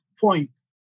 points